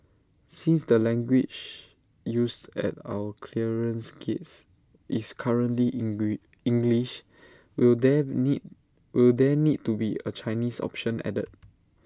since the language used at our clearance gates is currently English will there need will there need to be A Chinese option added